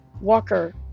Walker